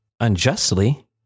unjustly